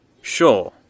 Sure